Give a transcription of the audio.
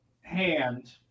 hand